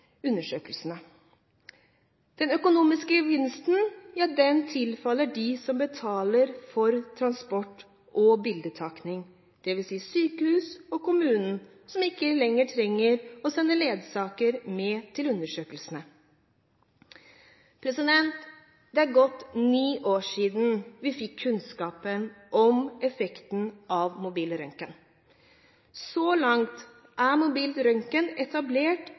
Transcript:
Den økonomiske gevinsten tilfaller dem som betaler for transport og bildetaking, dvs. sykehuset og kommunen som ikke lenger trenger å sende ledsager med til undersøkelsene. Det har gått ni år siden vi fikk kunnskapen om effektene av mobil røntgen. Så langt er mobil røntgen etablert